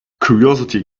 curiosity